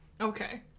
Okay